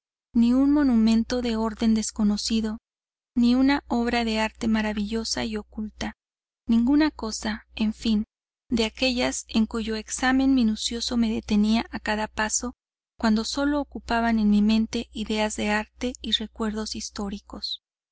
ni un monumento de orden desconocido ni una obra de arte maravillosa y oculta ninguna cosa en fin de aquellas en cuyo examen minucioso me detenía a cada paso cuando sólo ocupaban mi mente ideas de arte y recuerdos históricos